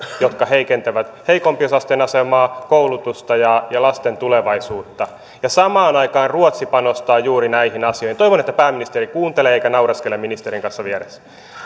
jotka heikentävät heikompiosaisten asemaa koulutusta ja ja lasten tulevaisuutta samaan aikaan ruotsi panostaa juuri näihin asioihin toivon että pääministeri kuuntelee eikä naureskele vieressä olevan ministerin kanssa